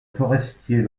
forestier